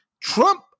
Trump